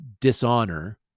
dishonor